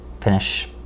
finish